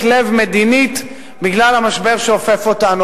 לב מדינית בגלל המשבר שאופף אותנו.